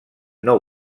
nou